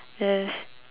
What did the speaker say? there's